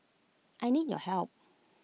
I need your help